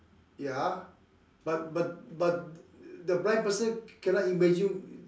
ya but but but the blind person cannot imagine